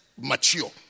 mature